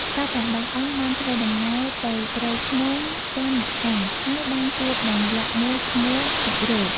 ក្សត្រទាំងបីអង្គបានធ្វើដំណើរទៅព្រៃភ្នំទណ្ឌការណ្យ ហើយបានជួបនឹងយក្សមួយឈ្មោះ ពិរោធ។